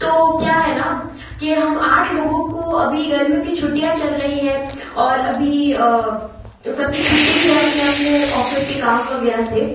तो क्या है ना की हम आठ लोगों को अभी गर्मियों की छुट्टियाँ चल रही है और अभी सब की छुट्टी भी है अपने अपने ऑफिस के काम वगैरह से